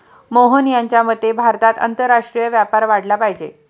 मोहन यांच्या मते भारतात आंतरराष्ट्रीय व्यापार वाढला पाहिजे